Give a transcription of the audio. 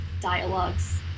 dialogues